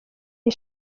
iyi